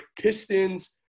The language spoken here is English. Pistons